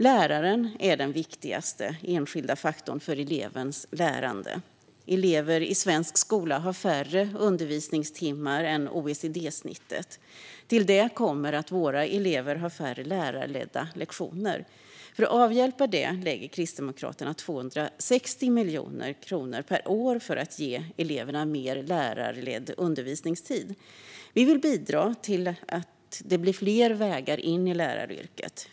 Läraren är den enskilt viktigaste faktorn för elevens lärande. Elever i svensk skola har färre undervisningstimmar än OECD-snittet. Till det kommer att våra elever har färre lärarledda lektioner. För att avhjälpa det lägger Kristdemokraterna 260 miljoner kronor per år på att ge eleverna mer lärarledd undervisningstid. Vi vill bidra till fler vägar in i läraryrket.